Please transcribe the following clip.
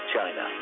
China